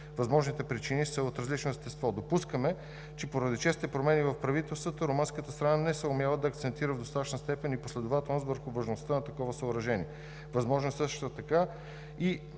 Възможните причини са от различно естество. Допускаме, че поради честите промени в правителствата румънската страна не съумява да акцентира в достатъчна степен и последователност върху важността на такова съоръжение. Възможно е също така,